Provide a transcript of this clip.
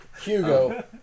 Hugo